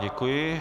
Děkuji.